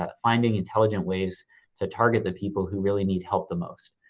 ah finding intelligent ways to target the people who really need help the most.